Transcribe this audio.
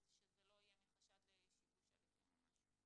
אז שזה לא יהיה מחשד לשיבוש הליכים או משהו.